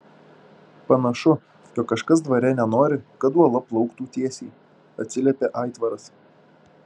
panašu jog kažkas dvare nenori kad uola plauktų tiesiai atsiliepė aitvaras